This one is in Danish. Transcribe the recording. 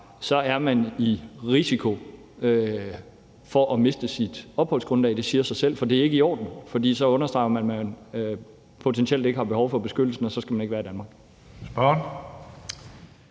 er man i risiko for at miste sit opholdsgrundlag; det siger jo sig selv, for det er ikke i orden. Så understreger man, at man potentielt ikke har behov for beskyttelsen, og så skal man ikke være i Danmark.